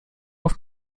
auf